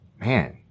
man